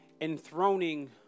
enthroning